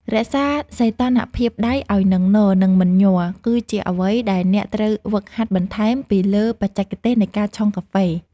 រក្សាសុីតុណ្ហភាពដៃឱ្យនឹងនរ និងមិនញ័រ គឺជាអ្វីដែលអ្នកត្រូវហ្វឹកហាត់បន្ថែមពីលើបច្ចេកទេសនៃការឆុងកាហ្វេ។